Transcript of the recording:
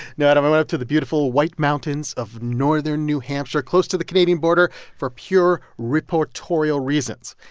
no, adam, i went up to the beautiful white mountains of northern new hampshire close to the canadian border for pure reportorial reasons.